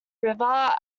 river